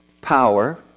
power